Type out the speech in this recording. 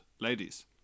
ladies